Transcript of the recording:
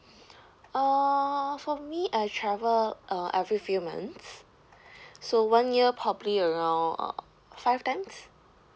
ah for me I travel uh every few months so one year probably around uh five times